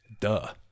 Duh